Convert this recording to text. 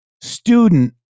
student